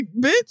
bitch